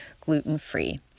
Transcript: gluten-free